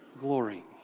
glory